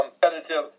competitive